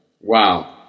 Wow